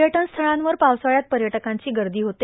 पर्यटन स्थळांवर पावसाळ्यात पर्यटकांची गर्दी होते